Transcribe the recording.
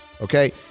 okay